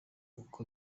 uko